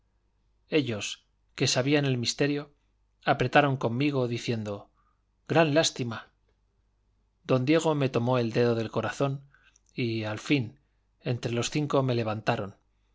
ellos que sabían el misterio apretaron conmigo diciendo gran lástima don diego me tomó el dedo del corazón y al fin entre los cinco me levantaron